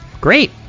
Great